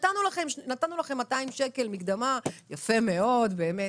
נתנו לכם 200 שקל מקדמה, יפה מאוד באמת.